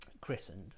christened